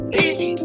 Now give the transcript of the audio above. easy